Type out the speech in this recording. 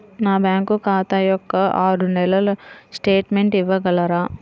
నా బ్యాంకు ఖాతా యొక్క ఆరు నెలల స్టేట్మెంట్ ఇవ్వగలరా?